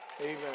Amen